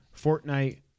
Fortnite